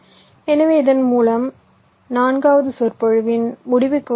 எனவே இதன் மூலம் நான்காவது சொற்பொழிவின் முடிவுக்கு வருகிறோம்